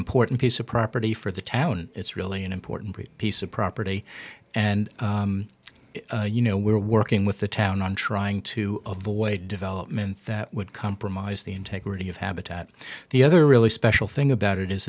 important piece of property for the town and it's really an important piece of property and you know we're working with the town on trying to avoid development that would compromise the integrity of habitat the other really special thing about it is